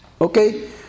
Okay